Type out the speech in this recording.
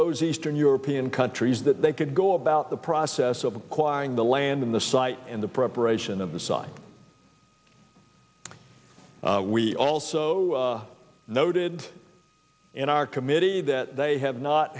those eastern european countries that they could go about the process of acquiring the land in the site and the preparation of the side we also noted in our committee that they have not